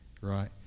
right